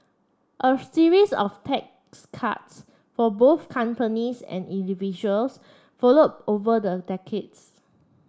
a series of tax cuts for both companies and individuals followed over the decades